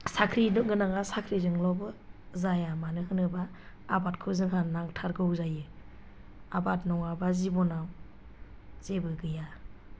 साख्रि गोनाङा साख्रिजोंल'बो जाया मानो होनोब्ला आबादखौ जोंहा नांथारगौ जायो आबाद नङाब्ला जिबनाव जेबो गैया